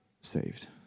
saved